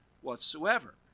whatsoever